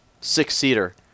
six-seater